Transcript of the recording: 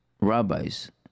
rabbis